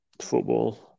football